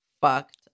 fucked